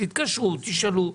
תתקשרו ותשאלו.